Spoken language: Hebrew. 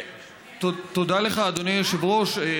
תודה לך, אדוני היושב-ראש.